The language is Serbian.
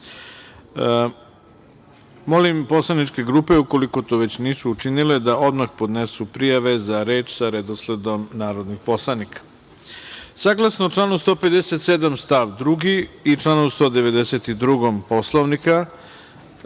grupe. Molim poslaničke grupe, ukoliko to već nisu učinile, da odmah podnesu prijave za reč sa redosledom narodnih poslanika. Saglasno članu 157. stav 2. i članu 192. Poslovnika,